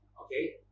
okay